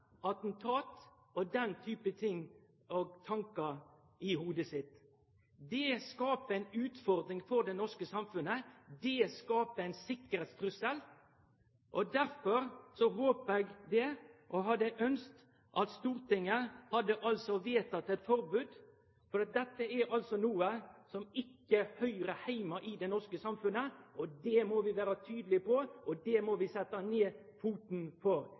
og den typen tankar i hovudet sitt. Det skaper ei utfordring for det norske samfunnet, det skaper ein tryggleikstrussel. Derfor håper eg og hadde ønskt at Stortinget hadde vedteke eit forbod, for dette er noko som ikkje høyrer heime i det norske samfunnet. Det må vi vere tydelege på, og det må vi setje ned foten